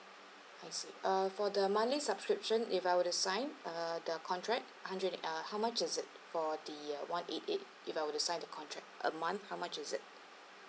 I see uh for the monthly subscription if I were to sign uh the contract hundred and uh how much is it for the uh one eight eight if I were to sign the contract a month how much is it